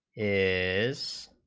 is